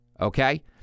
Okay